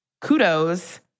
kudos